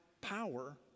power